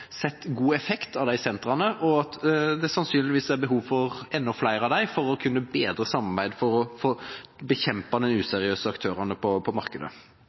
sett god effekt av de sentrene og at det sannsynligvis er behov for enda flere av dem for å bedre samarbeidet for å bekjempe de useriøse aktørene på markedet.